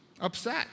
upset